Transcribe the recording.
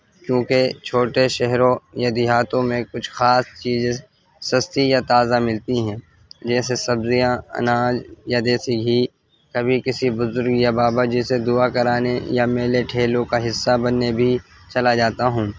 چونکہ چھوٹے شہروں یا دیہاتوں میں کچھ خاص چیز سستی یا تازہ ملتی ہیں جیسے سبزیاں اناج یا دیسی گھی کبھی کسی بزرگ یا بابا جی سے دعا کرانے یا میلے ٹھیلوں کا حصہ بننے بھی چلا جاتا ہوں